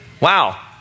Wow